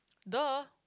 the